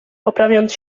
poprawiając